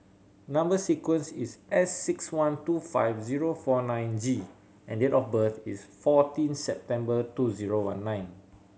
number sequence is S six one two five zero four nine G and date of birth is fourteen September two zero one nine